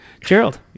Gerald